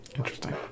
Interesting